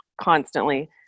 constantly